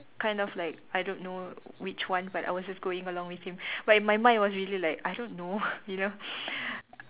kind of like I don't know which one but I was just going along with him but in my mind it was really like I don't know you know